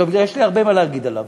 לא, בגלל שיש לי הרבה מה להגיד עליו.